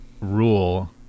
rule